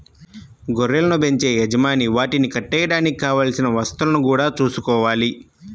గొర్రెలను బెంచే యజమాని వాటిని కట్టేయడానికి కావలసిన వసతులను గూడా చూసుకోవాలి